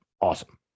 awesome